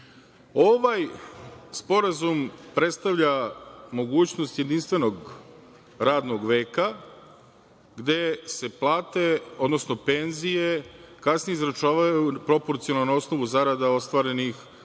sporazum predstavlja mogućnost jedinstvenog radnog veka gde se plate, odnosno penzije kasnije izračunavaju proporcionalno na osnovu zarada ostvarenih u